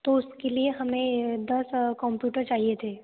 तो उसके लिए हमें दस कम्प्यूटर चाहिए थे